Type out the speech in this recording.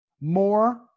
more